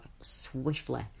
swiftly